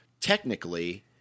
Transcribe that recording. technically